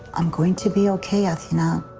i'm going to be okay athene. you know